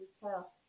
tell